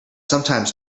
sometimes